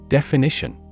Definition